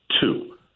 Two